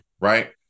right